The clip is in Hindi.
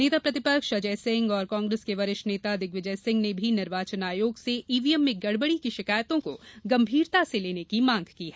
नेता प्रतिपक्ष अजय सिंह और कांग्रेस के वरिष्ठ नेता दिग्विजय सिंह ने भी निर्वाचन आयोग से ईवीएम में गड़बड़ी की शिकायतों को गंभीरता से लेने की मांग की है